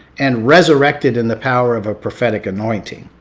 and resurrect it in the power of a prophetic anointing.